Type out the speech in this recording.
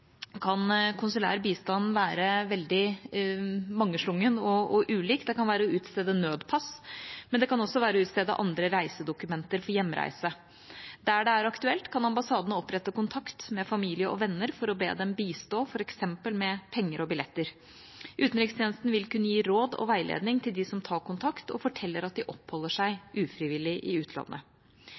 kan konsulær bistand være veldig mangslungen og ulik. Det kan være å utstede nødpass, men det kan også være å utstede andre reisedokumenter for hjemreise. Der det er aktuelt, kan ambassaden opprette kontakt med familie og venner for å be dem bistå, f.eks. med penger og billetter. Utenrikstjenesten vil kunne gi råd og veiledning til dem som tar kontakt og forteller at de oppholder seg ufrivillig i utlandet.